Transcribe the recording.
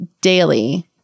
daily